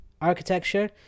architecture